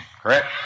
correct